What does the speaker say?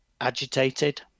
agitated